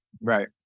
Right